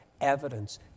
Evidence